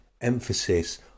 emphasis